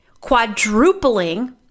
quadrupling